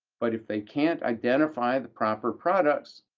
but if they can't identify the proper products,